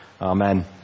Amen